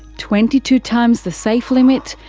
twenty two times the safe limit,